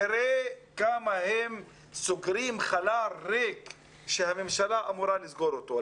תראה כמה הם סוגרים חלל ריק שהממשלה אמורה לסגור אותו.